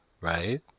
right